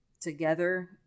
together